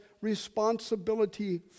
responsibility